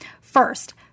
First